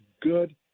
good